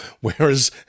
Whereas